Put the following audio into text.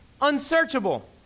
unsearchable